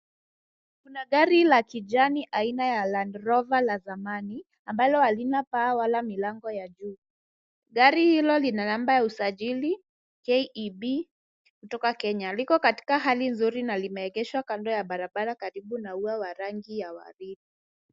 Kuna gari la kijani aina ya Land rover ya zamani ambalo halina paa wala milango ya juu. Gari hilo lina number ya usajili KEB kutoka Kenya. Liko katika hali nzuri na limeegeshwa kando ya barabara karibu na ua wa rangi ya waridi.